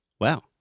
wow